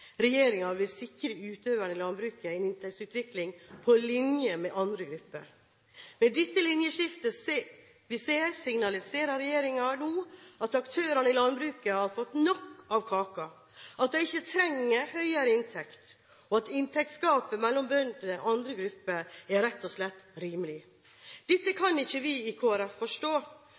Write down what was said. vil sikre utøverne i landbruket en inntektsutvikling på linje med andre grupper». Med dette linjeskiftet signaliserer regjeringen nå at aktørene i landbruket har fått nok av kaka, at de ikke trenger høyere inntekt, og at inntektsgapet mellom bøndene og andre grupper rett og slett er rimelig. Dette kan ikke vi i Kristelig Folkeparti forstå.